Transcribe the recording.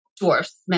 dwarfs